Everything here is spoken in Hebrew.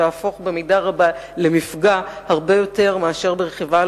וברכבי אהפוך למי שמייצרת סיכון להולכי רגל ומזהמת את האוויר.